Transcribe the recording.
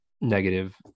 negative